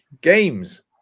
games